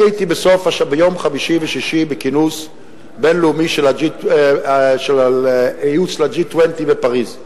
אני הייתי ביום חמישי ושישי בכינוס בין-לאומי של ייעוץ ל-G20 בפריס,